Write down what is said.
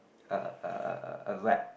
a a a a a wrap